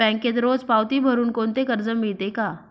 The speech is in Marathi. बँकेत रोज पावती भरुन कोणते कर्ज मिळते का?